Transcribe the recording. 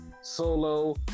Solo